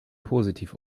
positiv